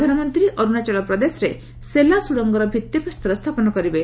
ପ୍ରଧାନମନ୍ତ୍ରୀ ଅରୁଣାଚଳ ପ୍ରଦେଶରେ ସେଲା ସୁଡ଼ଙ୍ଗର ଭିଭିପ୍ରସ୍ତର ସ୍ଥାପନ କରିବେ